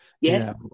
yes